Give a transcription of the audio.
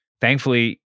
thankfully